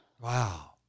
Wow